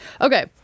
okay